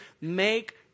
make